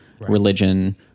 religion